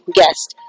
guest